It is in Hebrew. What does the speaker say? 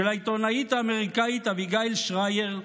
של העיתונאית האמריקנית אביגיל שרייר,